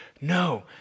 No